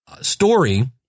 story